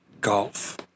golf